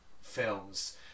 films